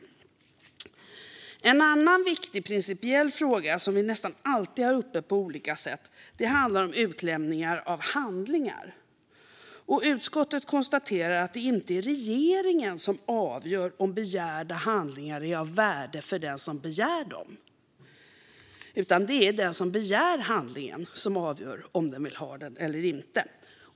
Gransknings betänkandeInledning En annan viktig principiell fråga som vi nästan alltid har uppe på olika sätt handlar om utlämnande av handlingar. Utskottet konstaterar att det inte är regeringen som avgör om begärda handlingar är av värde för den som begär ut dem. Det är den som begär ut handlingen som avgör om den vill ha den eller inte.